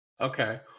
Okay